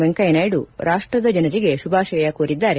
ವೆಂಕಯ್ಯನಾಯ್ದು ರಾಷ್ಟ್ರದ ಜನರಿಗೆ ಶುಭಾಶಯ ಹಾರ್ೈಸಿದ್ದಾರೆ